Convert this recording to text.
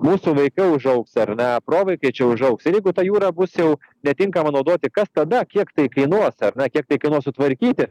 mūsų vaikai užaugs ar ne provaikaičiai užaugs ir jeigu ta jūra bus jau netinkama naudoti kas tada kiek tai kainuos ar ne kiek tai kainuos sutvarkyti